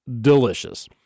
delicious